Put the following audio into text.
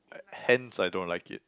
hence I don't like it